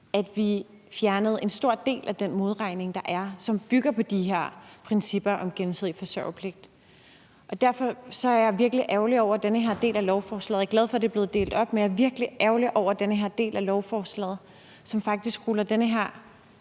at vi fjernede en stor del af den modregning, der er, og som bygger på de her principper om gensidig forsørgerpligt. Derfor er jeg virkelig ærgerlig over den her del af lovforslaget. Jeg er glad for, at det er blevet delt op, men jeg er virkelig ærgerlig over den her del af lovforslaget, som faktisk ruller den her